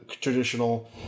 traditional